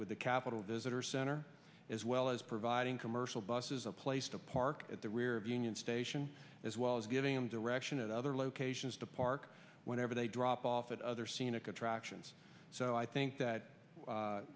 with the capitol visitor center as well as providing commercial buses a place to park at the rear of union station as well as giving them direction at other locations to park whenever they drop off at other scenic attractions so i think that